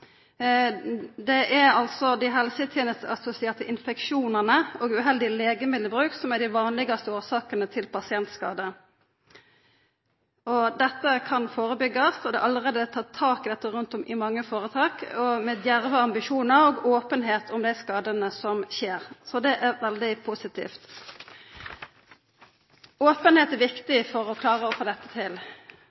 det er altså på det banale vi gjerne sviktar. Det er dei helsetenesteassosierte infeksjonane og uheldig legemiddelbruk som er dei vanlegaste årsakene til pasientskadar. Dette kan førebyggjast. Det er allereie tatt tak i dette rundt om i mange føretak, og med djerve ambisjonar og openheit om dei skadane som skjer. Så det er veldig positivt. Openheit er viktig for å klara å få dette til.